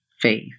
faith